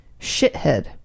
Shithead